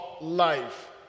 life